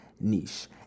niche